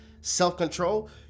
self-control